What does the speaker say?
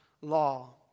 law